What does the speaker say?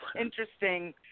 interesting